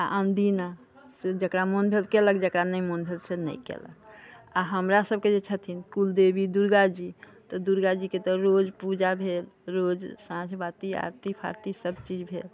आ आनदिना से जेकरा मोन भेलसँ केलक जेकरा नहि मोन भेलसँ नहि केलक आ हमरा सभके जे छथिन कुलदेवी दुर्गाजी तऽ दुर्गाजीके तऽ रोज पूजा भेल रोज साँझ बाति आरती फारती सभ चीज भेल